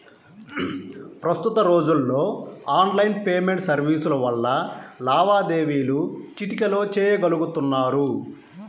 ప్రస్తుత రోజుల్లో online payment సర్వీసుల వల్ల లావాదేవీలు చిటికెలో చెయ్యగలుతున్నారు